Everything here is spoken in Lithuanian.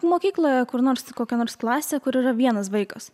mokykloje kur nors kokia nors klasė kur yra vienas vaikas